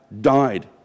died